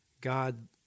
God